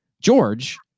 George